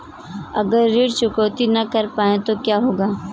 अगर ऋण चुकौती न कर पाए तो क्या होगा?